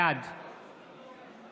בעד אבי מעוז, בעד